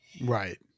Right